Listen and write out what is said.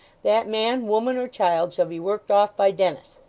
that man, woman, or child, shall be worked off by dennis.